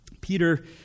Peter